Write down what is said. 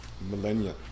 millennia